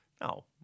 No